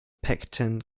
picton